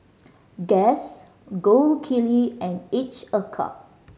Guess Gold Kili and Each a Cup